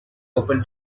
open